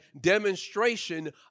demonstration